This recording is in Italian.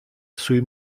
sui